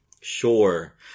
Sure